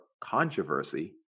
controversy